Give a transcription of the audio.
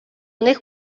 них